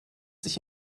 sich